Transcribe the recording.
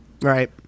Right